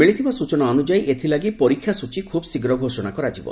ମିଳିଥିବା ସୂଚନା ଅନୁଯାୟୀ ଏଥିଲାଗି ପରୀକ୍ଷା ସୂଚୀ ଖୁବ୍ ଶୀଘ୍ର ଘୋଷଣା କରାଯିବ